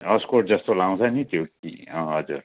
अस्कोट जस्तो लगउँछ नि त्यो अँ हजुर